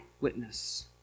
witness